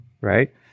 Right